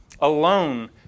alone